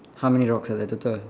how many rocks are there total